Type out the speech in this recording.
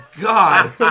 God